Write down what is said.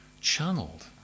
channeled